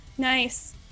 Nice